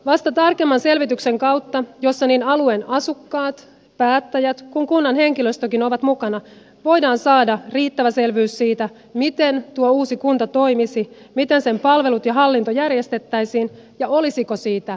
vasta tarkemman selvityksen kautta jossa niin alueen asukkaat päättäjät kuin kunnan henkilöstökin ovat mukana voidaan saada riittävä selvyys siitä miten tuo uusi kunta toimisi miten sen palvelut ja hallinto järjestettäisiin ja olisiko siitä hyötyä